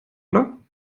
oder